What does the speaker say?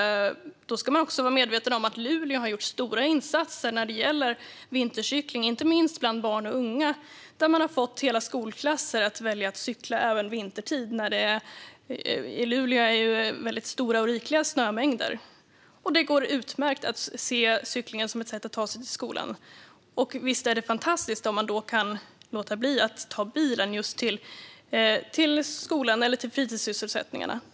Då ska man vara medveten om att Luleå har gjort stora insatser när det gäller vintercykling, inte minst bland barn och unga. Man har fått hela skolklasser att välja att cykla även vintertid - i Luleå där det är rikliga snömängder. Det går utmärkt att använda cykling som ett sätt att ta sig till skolan. Visst är det fantastiskt om man kan låta bli att ta bilen till skolan eller fritidssysselsättningarna!